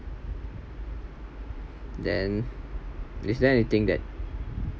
then is there anything that